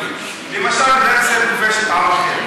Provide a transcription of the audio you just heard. עושה את, למשל, מדינת ישראל כובשת עם אחר.